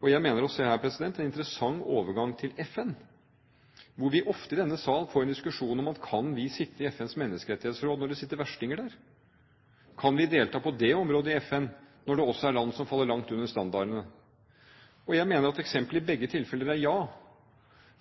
gjøre. Jeg mener å se en interessant overgang til FN her, hvor vi ofte i denne sal får en diskusjon om vi kan sitte i FNs menneskerettighetsråd, når det sitter verstinger der. Kan vi delta på det området i FN, når det også er land som faller langt under standardene? Jeg mener at svaret i begge tilfeller er ja,